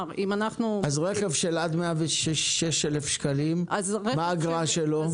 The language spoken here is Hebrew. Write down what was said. רכב של עד 106,000 שקלים, מה האגרה שלו?